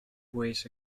ways